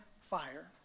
fire